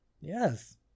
Yes